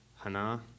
Hana